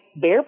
bear